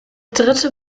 dritte